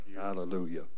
Hallelujah